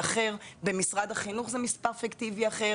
זה מספר פיקטיבי אחר במשרד החינוך זה מספר פיקטיבי אחר